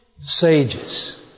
sages